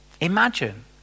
Imagine